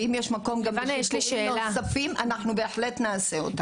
ואם יש מקום גם לשיפורים נוספים אנחנו בהחלט נעשה אותם.